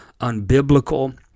unbiblical